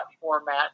format